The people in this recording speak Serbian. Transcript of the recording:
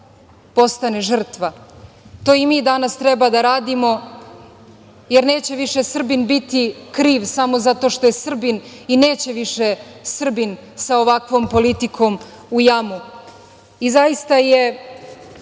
postane žrtva. To i mi danas treba da radimo, jer neće više Srbin biti kriv samo zato što je Srbin i neće više Srbin sa ovakvom politikom u jamu. Zaista je